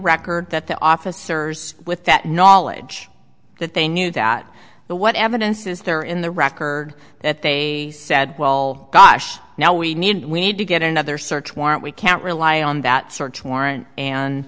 record that the officers with that knowledge that they knew that the what evidence is there in the record that they said well gosh now we need we need to get another search warrant we can't rely on that search warrant and